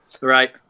right